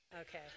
Okay